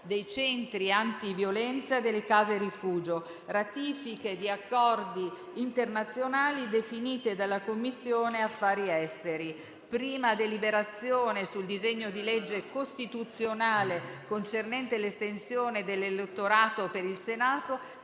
dei centri antiviolenza e delle case rifugio; ratifiche di accordi internazionali definite dalla Commissione affari esteri; prima deliberazione sul disegno di legge costituzionale concernente l'estensione dell'elettorato per il Senato,